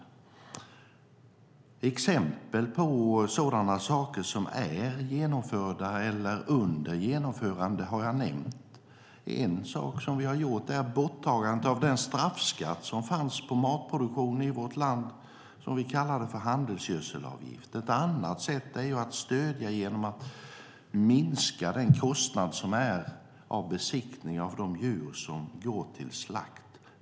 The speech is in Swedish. Jag har nämnt exempel på sådana saker som är genomförda eller under genomförande. En sak som vi har gjort är borttagandet av den straffskatt som fanns på matproduktionen i vårt land och som vi kallade för handelsgödselavgift. Ett annat sätt att stödja är att minska kostnaden för besiktningen av de djur som går till slakt.